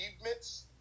achievements